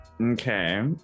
Okay